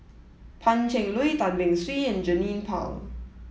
Pan Cheng Lui Tan Beng Swee and Jernnine Pang